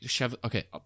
Okay